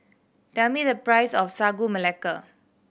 tell me the price of Sagu Melaka